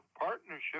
partnership